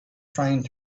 trying